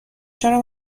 چرا